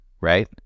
Right